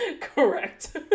Correct